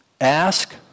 Ask